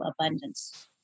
abundance